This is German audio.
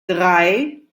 drei